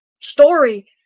story